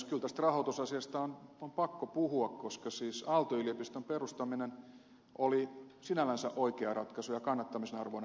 kyllä tästä rahoitusasiasta on pakko puhua koska siis aalto yliopiston perustaminen oli sinällänsä oikea ja kannattamisen arvoinen ratkaisu